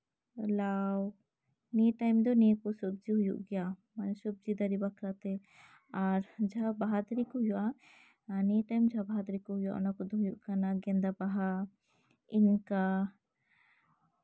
ᱞᱟᱣ ᱱᱤᱭᱟᱹ ᱴᱟᱭᱤᱢ ᱫᱚ ᱱᱤᱭᱟᱹ ᱠᱚ ᱥᱚᱵᱡᱤ ᱦᱩᱭᱩᱜ ᱜᱮᱭᱟ ᱢᱟᱱᱮ ᱥᱚᱵᱡᱤ ᱫᱟᱮ ᱵᱟᱠᱷᱨᱟ ᱛᱮ ᱟᱨ ᱡᱟᱦᱟ ᱵᱟᱦᱟ ᱫᱟᱨᱮ ᱠᱚ ᱦᱩᱭᱩᱜᱼᱟ ᱮᱸ ᱱᱤᱭᱟᱹ ᱴᱟᱭᱤᱢ ᱡᱟᱦᱟᱸ ᱵᱟᱦᱟ ᱫᱟᱨᱮ ᱠᱚ ᱦᱩᱭᱩᱜᱼᱟ ᱚᱱᱟ ᱠᱚᱫᱚ ᱦᱩᱭᱩᱜ ᱠᱟᱱᱟ ᱜᱮᱸᱫᱟ ᱵᱟᱦᱟ ᱤᱱᱠᱟ